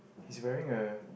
he is wearing a